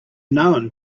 known